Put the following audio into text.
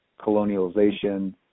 colonialization